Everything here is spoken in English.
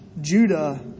Judah